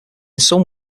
some